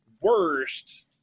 worst –